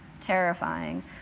terrifying